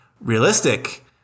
realistic